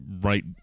right